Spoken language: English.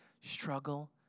struggle